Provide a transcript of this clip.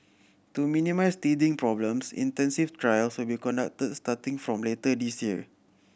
to minimise teething problems intensive trials will be conducted starting from later this year